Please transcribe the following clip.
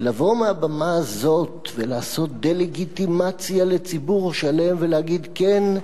לבוא מהבמה הזאת ולעשות דה-לגיטימציה לציבור שלם ולהגיד: כן,